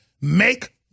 make